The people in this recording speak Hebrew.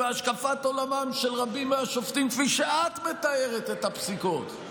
השקפת עולמם של רבים מהשופטים היא כפי שאת מתארת את הפסיקות,